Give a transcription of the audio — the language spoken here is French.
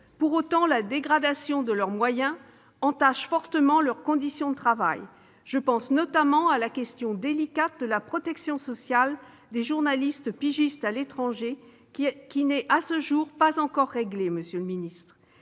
Pour autant, la dégradation de leurs moyens entache fortement leurs conditions de travail. Je pense notamment à la question délicate de la protection sociale des journalistes pigistes à l'étranger qui n'est, à ce jour, pas encore réglée, monsieur le ministre.